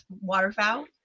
waterfowl